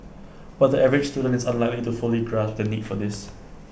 but the average student is unlikely to fully grasp the need for this